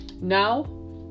Now